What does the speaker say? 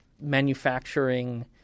manufacturing